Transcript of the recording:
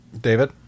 David